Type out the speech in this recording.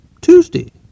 tuesday